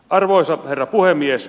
arvoisa herra puhemies